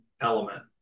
element